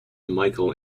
michael